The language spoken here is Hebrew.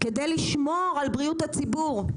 כדי לשמור על בריאות הציבור?